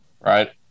right